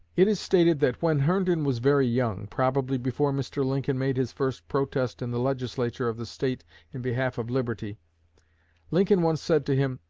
it is stated that when herndon was very young probably before mr. lincoln made his first protest in the legislature of the state in behalf of liberty lincoln once said to him